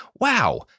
Wow